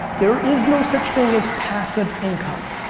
there is no such thing as passive income.